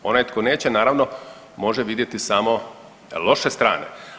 Onaj tko neće naravno može vidjeti samo loše strane.